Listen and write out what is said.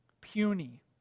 Puny